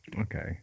Okay